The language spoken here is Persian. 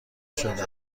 شده